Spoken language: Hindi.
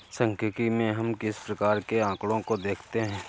सांख्यिकी में हम किस प्रकार के आकड़ों को देखते हैं?